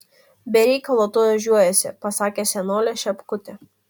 be reikalo tu ožiuojiesi pasakė senolė šepkutė